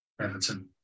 everton